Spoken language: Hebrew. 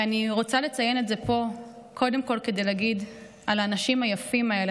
אני רוצה לציין את זה פה קודם כול כדי לספר על האנשים היפים האלה,